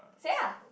say ah